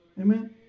Amen